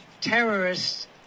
terrorists